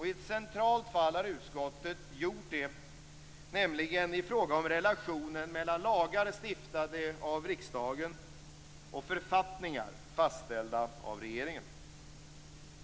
I ett centralt fall har utskottet gjort det, nämligen i fråga om relationer mellan lagar, stiftade av riksdagen, och författningar, fastställda av regeringen.